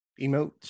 emotes